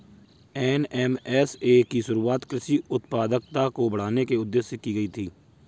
NMSA की शुरुआत कृषि उत्पादकता को बढ़ाने के उदेश्य से की गई थी